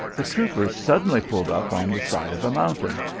the trooper suddenly pulled up on the side of a mountain.